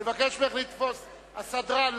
הסדרן,